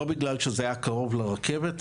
לא בגלל שזה היה קרוב לרכבת,